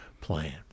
plan